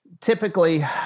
Typically